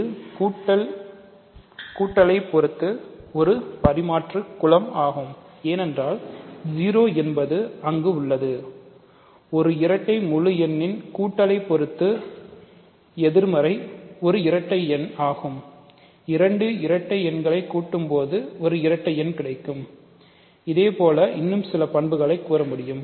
இது கூட்டலை பொறுத்து ஒரு பரிமாற்று குலம் ஏனென்றால் 0 என்பது அங்கு உள்ளது ஒரு இரட்டை முழு எண்ணின் கூட்டலை பொறுத்து எதிர்மறை ஒரு இரட்டை எண் ஆகும் இரண்டு இரட்டை எண்களின் கூடுதல் ஒரு இரட்டை எண் ஆகும் இதே போல இன்னும் சில பண்புகளைக் கூறலாம்